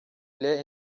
ile